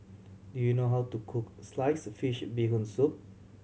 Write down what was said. do you know how to cook sliced fish Bee Hoon Soup